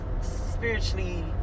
spiritually